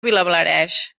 vilablareix